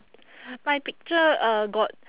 my picture uh got